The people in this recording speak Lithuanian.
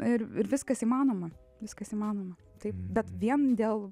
na ir viskas įmanoma viskas įmanoma taip bet vien dėl